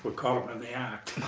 we caught them in the act.